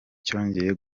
cyongeye